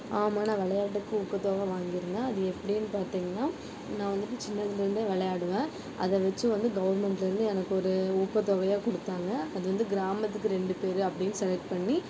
ஆமாம் நான் விளையாட்டுக்கு ஊக்கத்தொகை வாங்கியிருந்தேன் அது எப்படின் பார்த்திங்கன்னா நான் வந்துட்டு சின்னதிலிருந்தே விளையாடுவேன் அதை வெச்சு வந்து கவர்மெண்ட்லருந்து எனக்கு ஒரு ஊக்கத்தொகையாக கொடுத்தாங்க அது வந்து கிராமத்துக்கு ரெண்டு பேர் அப்படின்னு செலக்ட் பண்ணி